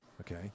okay